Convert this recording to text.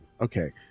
okay